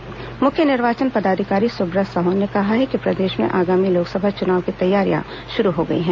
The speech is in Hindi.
सुब्रत साहू पत्रकारवार्ता मुख्य निर्वाचन पदाधिकारी सुब्रत साहू ने कहा है कि प्रदेश में आगामी लोकसभा चुनाव की तैयारियां शुरू हो गई हैं